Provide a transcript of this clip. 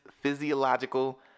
physiological